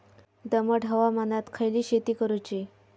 दमट हवामानात खयली शेती करूची?